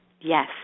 Yes